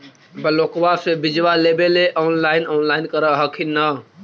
ब्लोक्बा से बिजबा लेबेले ऑनलाइन ऑनलाईन कर हखिन न?